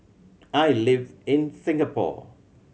I live in Singapore